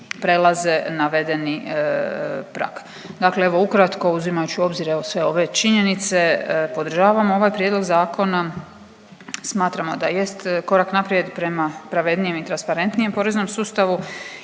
prelaze navedeni prag. Dakle, evo ukratko uzimajući u obzir evo sve ove činjenice, podržavamo ovaj prijedlog zakona, smatramo da jest korak naprijed prema pravednijem i transparentnijem poreznom sustavu